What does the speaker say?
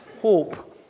hope